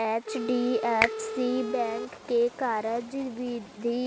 HDFC bank के कारज बिधि